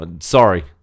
sorry